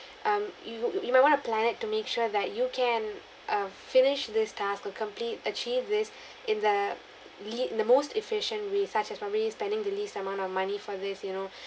um you you might want to plan it to make sure that you can uh finish this task or complete achieve this in the le~ in the most efficient way such as probably spending the least amount of money for this you know